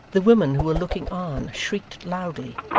the women who were looking on, shrieked loudly,